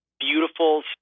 beautiful